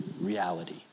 reality